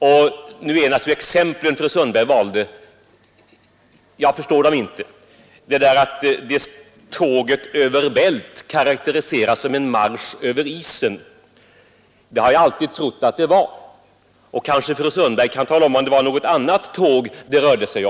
Exemplen som fru Sundberg valde förstår jag inte. Tåget över Bält karakteriseras som en marsch över isen, säger hon, men det har jag alltid trott att det var. Kanske fru Sundberg kan tala om, om det var något annat tåg det rörde sig om?